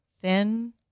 thin